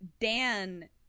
Dan